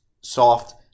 soft